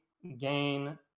gain